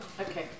okay